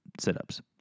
sit-ups